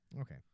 Okay